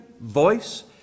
Voice